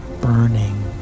burning